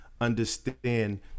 understand